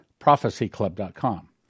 prophecyclub.com